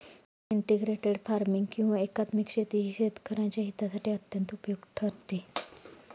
integrated farming किंवा एकात्मिक शेती ही शेतकऱ्यांच्या हितासाठी अत्यंत उपयुक्त ठरते